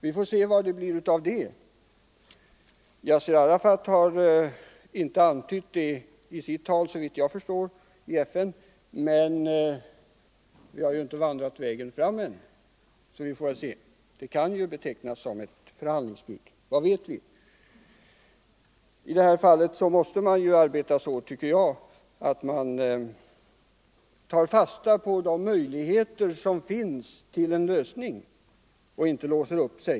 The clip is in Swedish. Vi får se vad det blir av det. Yasir Arafat har såvitt jag förstår inte antytt det i sitt tal i FN, men vi har ju inte vandrat hela vägen ännu. Vi får väl se. Det kan ju betecknas som ett förhandlingsbud. Vad vet vi? Jag tycker att vi i detta fall måste arbeta så att vi tar fasta på de möjligheter som finns till en lösning och inte låser oss fast.